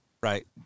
right